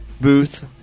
Booth